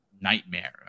nightmare